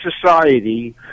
society